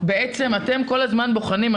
אתם כל הזמן בוחנים,